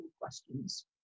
questions